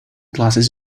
glasses